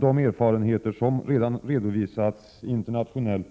De erfarenheter som redan har redovisats internationellt